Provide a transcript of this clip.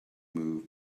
move